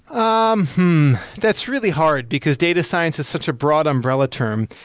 um that's really hard, because data science is such a broad umbrella term.